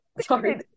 Sorry